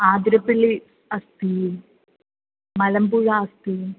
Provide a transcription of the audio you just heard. आदिरपल्लि अस्ति मलम्पूषा अस्ति